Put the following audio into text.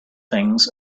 things